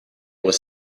was